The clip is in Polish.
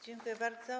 Dziękuję bardzo.